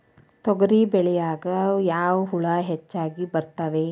ತೊಗರಿ ಒಳಗ ಯಾವ ಹುಳ ಹೆಚ್ಚಾಗಿ ಬರ್ತವೆ?